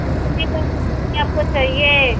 कितने लोगों के लिए आपको चाहिए